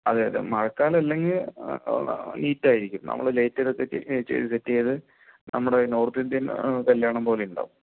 അതേ അതേ മഴ കാലം അല്ലെങ്കിൽ നീറ്റ് ആയിരിക്കും നമ്മൾ ലൈറ്റ് ഒക്കെ സെറ്റ് ചെയ്ത് നമ്മളുടെ നോർത്ത് ഇന്ത്യൻ കല്യാണം പോലെ ഉണ്ടാവും